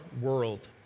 world